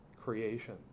creation